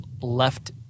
left